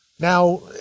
Now